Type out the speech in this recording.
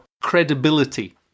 credibility